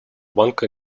банка